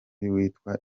witwa